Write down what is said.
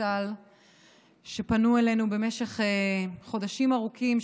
צה"ל שפנו אלינו במשך חודשים ארוכים,